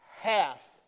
hath